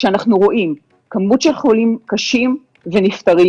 כשאנחנו רואים כמות של חולים קשים ונפטרים,